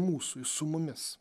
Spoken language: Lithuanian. mūsų jis su mumis